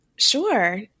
Sure